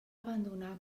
abandonar